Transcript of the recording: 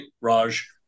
Raj